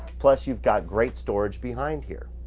plus you've got great storage behind here.